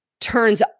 turns